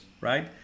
right